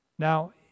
Now